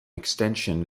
extension